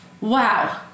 Wow